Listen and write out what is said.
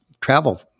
travel